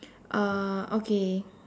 uh okay